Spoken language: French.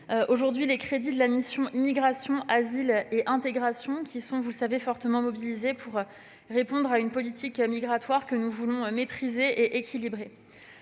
aujourd'hui les crédits de la mission « Immigration, asile et intégration », qui sont, vous le savez, fortement mobilisés pour répondre à une politique migratoire que nous voulons maîtrisée et équilibrée.